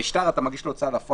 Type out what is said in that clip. הרי שטר, אתה מגיש לו הוצאה לפועל.